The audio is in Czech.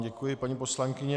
Děkuji vám, paní poslankyně.